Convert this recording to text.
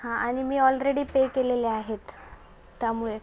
हां आणि मी ऑलरेडी पे केलेले आहेत त्यामुळे